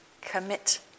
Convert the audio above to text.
commit